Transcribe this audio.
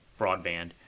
broadband